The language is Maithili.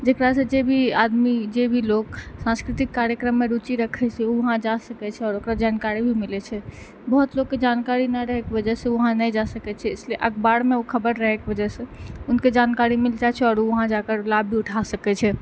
जेकरा सँ जे भी आदमी जेभी लोक सांस्कृतिक कार्यक्रम मे रूचि रखै छै ओ वहाँ जाए सकै छै आओर ओकरा जानकारी भी मिलै छै बहुत लोग के जानकारी नहि रहै के वजह सँ वहाँ नहि जाए सकै छै इसलिए अखबार मे ओ खबर रहै के वजह सँ ऊनके जानकारी मिल जाइ छै और ओ वहाँ जाकर लाभ भी उठाए सकै छै